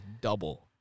double